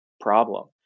problem